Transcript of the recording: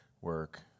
work